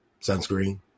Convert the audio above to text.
sunscreen